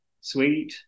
sweet